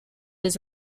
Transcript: his